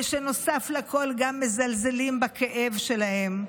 ושנוסף לכול גם מזלזלים בכאב שלהם.